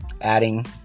adding